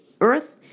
earth